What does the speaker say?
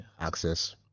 access